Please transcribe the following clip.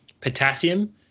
potassium